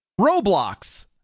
Roblox